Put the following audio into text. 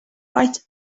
right